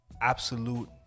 Absolute